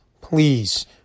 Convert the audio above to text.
please